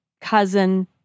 cousin